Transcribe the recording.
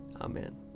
Amen